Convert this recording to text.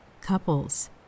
couples